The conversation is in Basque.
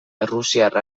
errusiar